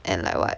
and like what